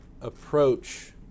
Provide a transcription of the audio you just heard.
approach